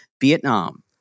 Vietnam